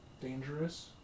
Dangerous